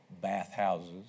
Bathhouses